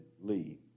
Lee